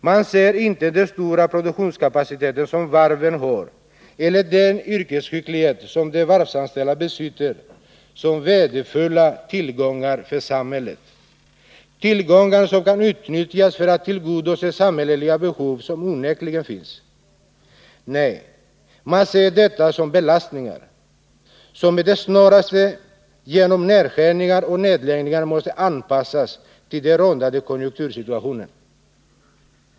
Man ser inte den stora produktionskapacitet som varven har eller den yrkesskicklighet som de varvsanställda besitter som värdefulla tillgångar för samhället, tillgångar som kan utnyttjas för att tillgodose samhälleliga behov som onekligen finns. Nej, man ser detta som belastningar som med det snaraste genom nedskärningar och nedläggningar måste anpassas till den rådande konjunktursituationen.